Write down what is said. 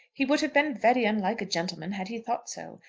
he would have been very unlike a gentleman had he thought so.